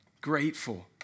Grateful